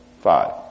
five